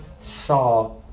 saw